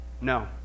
No